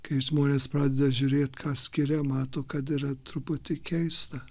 kai žmonės pradeda žiūrėt ką skiria mato kad yra truputį keista